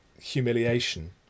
humiliation